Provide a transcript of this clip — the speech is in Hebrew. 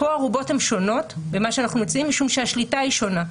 פה הערובות הן שונות במה שאנחנו מציעים משום שהשליטה היא שונה.